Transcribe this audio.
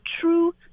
true